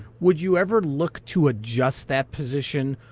would you ever look to adjust that position,